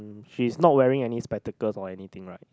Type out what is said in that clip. she's not wearing any spectacles or anything right